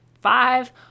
five